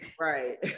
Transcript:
Right